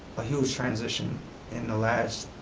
a huge transition in the last,